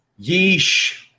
Yeesh